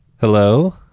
Hello